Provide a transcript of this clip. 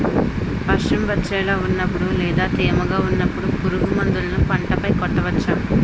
వర్షం వచ్చేలా వున్నపుడు లేదా తేమగా వున్నపుడు పురుగు మందులను పంట పై కొట్టవచ్చ?